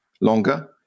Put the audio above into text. longer